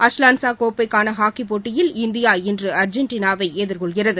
Azlan Shah கோப்பைக்கான ஹாக்கிப்போட்டியில் India இன்று அர்ஜென்டினாவை எதிர்கொள்கிறது